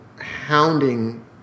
hounding